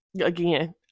again